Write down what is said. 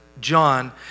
John